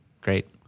great